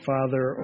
Father